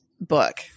book